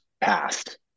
past